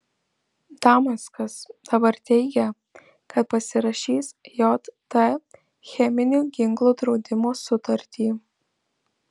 damaskas dabar teigia kad pasirašys jt cheminių ginklų draudimo sutartį